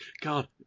God